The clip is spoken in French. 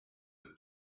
cent